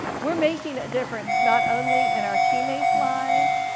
we're making a difference not only in our teammate's lives,